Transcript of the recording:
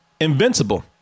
Invincible